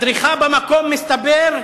הדריכה במקום, מסתבר,